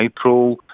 April